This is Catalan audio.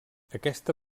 aquesta